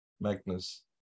Magnus